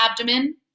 abdomen